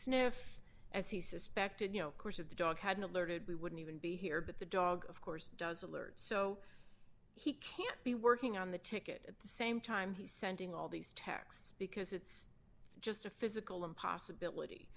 sniff as he suspected no course if the dog hadn't alerted we wouldn't even be here but the dog of course does alert so he can't be working on the ticket at the same time he's sending all these texts because it's just a physical impossibility